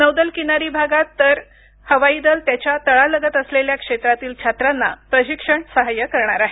नौदल किनारी भागात तर हवाई दल त्याच्या तळालगत असलेल्या क्षेत्रातील छात्रांना प्रशिक्षण साहाय्य करणार आहेत